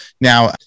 Now